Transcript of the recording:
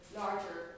larger